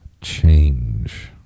Change